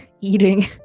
eating